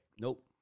Nope